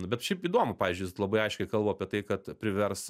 bet šiaip įdomu pavyzdžiui jis labai aiškiai kalba apie tai kad privers